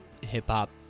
hip-hop